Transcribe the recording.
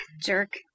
Jerk